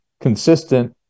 consistent